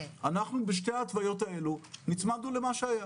אנחנו בשתי ההתוויות האלה נצמדנו למה שהיה.